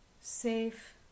safe